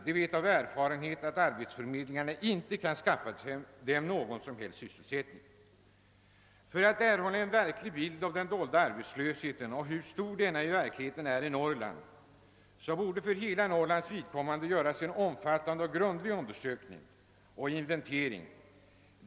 De vet av erfarenhet att arbetsförmedlingarna inte kan skaffa dem någon sysselsättning. För att erhålla en verklig bild av den dolda arbetslösheten borde för hela Norrlands vidkommande göras en omfattande och grundlig undersökning och inventering.